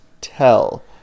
tell